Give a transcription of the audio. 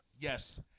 Yes